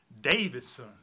Davidson